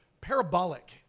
parabolic